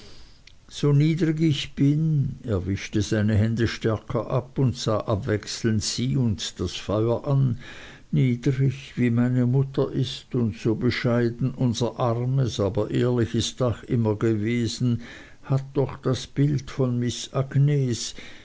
so niedrig ich bin er wischte seine hände stärker ab und sah abwechselnd sie und das feuer an niedrig wie meine mutter is und so bescheiden unser armes aber ehrliches dach immer gewesen hat doch das bild von miß agnes